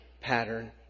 pattern